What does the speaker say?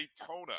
Daytona